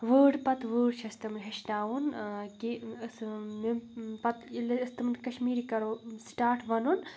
وٲڑ پَتہٕ وٲڑ چھِ اَسہِ تِمَن ہیٚچھناوُن کہِ أسۍ یِم پَتہٕ ییٚلہِ أسۍ تِمَن کشمیٖری کَرو سٹاٹ وَنُن